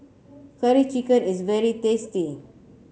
Curry Chicken is very tasty